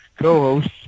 co-hosts